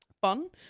Fun